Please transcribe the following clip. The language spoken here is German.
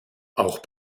auch